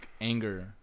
anger